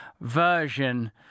version